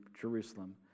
Jerusalem